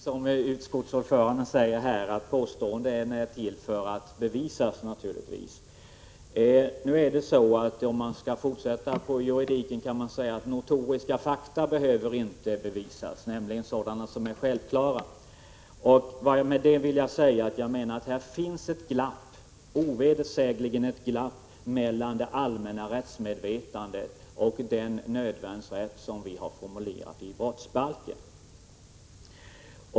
Herr talman! Det är naturligtvis riktigt som utskottets ordförande säger att påståenden är till för att bevisas. Men om man skall fortsätta med juridiken är det så att notoriska fakta, dvs. sådana som är självklara, inte behöver bevisas. Med det vill jag säga att det ovedersägligen finns ett glapp mellan det allmänna rättsmedvetandet och den nödvärnsrätt som är formulerad i brottsbalken.